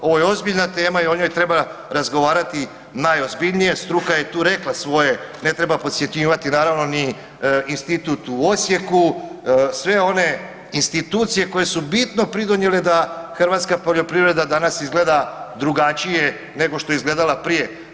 Ovo je ozbiljna tema i o njoj treba razgovarati najozbiljnije, struka je tu rekla svoje, ne treba podcjenjivati, naravno ni Institut u Osijeku, sve one institucije koje su bitno pridonijele da hrvatska poljoprivreda danas izgleda drugačije nego što je izgledala prije.